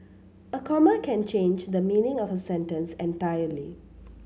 a comma can change the meaning of a sentence entirely